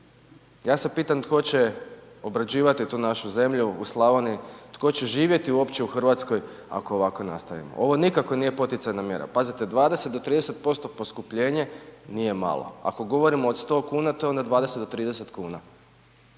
Ja se pitam tko će obrađivati tu našu zemlju u Slavoniji, tko će živjeti uopće u Hrvatskoj ako ovako nastavimo. Ovo nikako nije poticajna mjera. Pazite, 20 do 30% poskupljenje nije malo. Ako govorimo o 100 kuna, to je onda 20 do 30 kuna